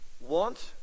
want